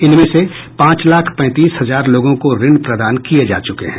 इनमें से पांच लाख पैंतीस हजार लोगों को ऋण प्रदान किए जा चुके हैं